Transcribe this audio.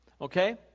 Okay